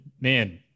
man